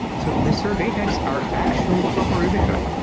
so the sorbet types are actually proper ruby code.